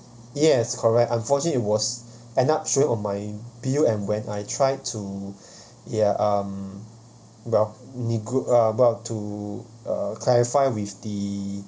yes correct unfortunately it was end up showing on my bill and when I tried to ya um well uh about to uh clarify with the